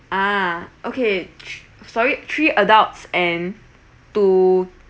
a'ah okay sorry three adults and two